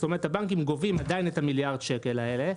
זאת אומרת הבנקים גובים עדיין את מיליארד השקל האלה,